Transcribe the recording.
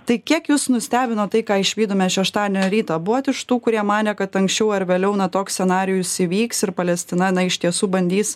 tai kiek jus nustebino tai ką išvydome šeštadienio rytą buvot iš tų kurie manė kad anksčiau ar vėliau na toks scenarijus įvyks ir palestina na iš tiesų bandys